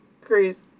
Chris